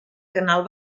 canal